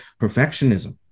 perfectionism